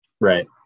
Right